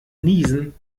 niesen